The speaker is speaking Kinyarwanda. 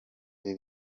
ibi